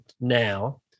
now